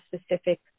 specific